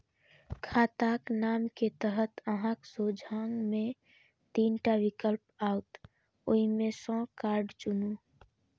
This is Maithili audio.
खाताक नाम के तहत अहांक सोझां मे तीन टा विकल्प आओत, ओइ मे सं कार्ड चुनू